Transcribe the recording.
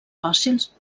fòssils